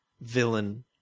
villain